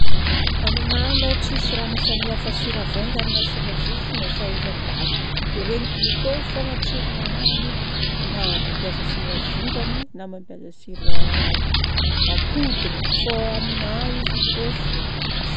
Aminahy aloha tsisy raha mahasamihafa sira vaingany na sira vovony e, fahaizako azy. Regniko mitovy fogna tsirona hanigny, na mampiasa sira vongany, na mampiasa sira poudre. Fô aminahy izy mitovy fogna.